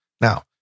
now